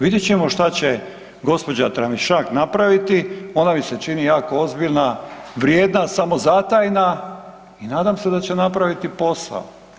Vidjet ćemo šta će gđa. Tramišak napraviti, ona mi se čini jako ozbiljna, vrijedna, samozatajna i nadam se da će napraviti posao.